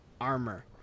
armor